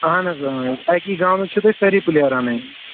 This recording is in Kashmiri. اَہَن حظ أں اَکی گامٕکۍ چھِو تۄہہِ سٲری پٕلَیر اَنٕنۍ